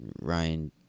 Ryan